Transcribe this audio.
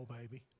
baby